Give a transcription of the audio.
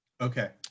Okay